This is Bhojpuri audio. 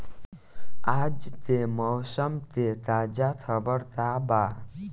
आज के मौसम के ताजा खबर का बा?